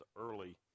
early